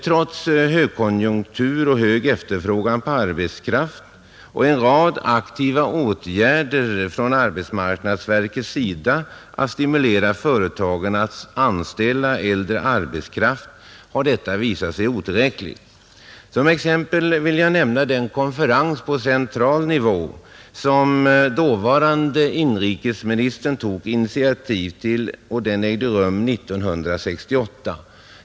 Trots högkonjunktur, stor efterfrågan på arbetskraft och en rad aktiva åtgärder från arbetsmarknadsverkets sida för att stimulera företagen att anställa äldre arbetskraft har insatserna visat sig otillräckliga. Som exempel vill jag nämna den konferens på central nivå som dåvarande inrikesministern tog initiativ till år 1968.